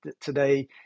today